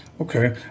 Okay